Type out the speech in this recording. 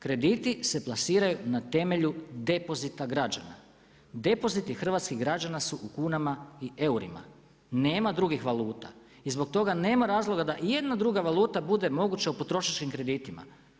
Krediti se plasiraju na temelju depozita građana, depoziti hrvatskih građana su u kunama i eurima, nema drugih valuta i zbog toga nema razloga da ijedna druga valuta bude moguća u potrošačkim kreditima.